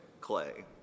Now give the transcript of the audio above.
clay